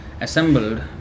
assembled